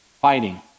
fighting